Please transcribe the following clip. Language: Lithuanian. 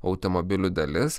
automobilių dalis